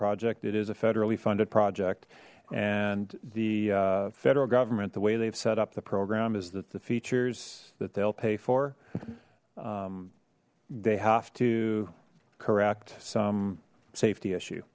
project it is a federally funded project and the federal government the way they've set up the program is that the features that they'll pay for they have to correct some safety issue